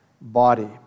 body